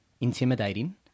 intimidating